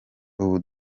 ubu